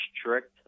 strict